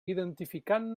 identificant